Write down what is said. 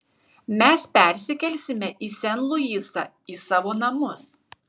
mes persikelsime į sen luisą į savo namus